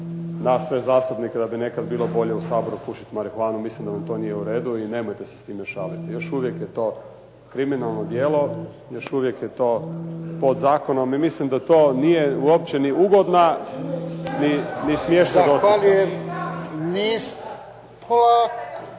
da bi nekad bilo bolje u Saboru pušiti marihuanu. Mislim da mu to nije u redu i nemojte se s time šaliti. Još uvijek je to kriminalno djelo, još uvijek je to pod zakonom i mislim da to nije uopće ni ugodna ni smiješna opaska.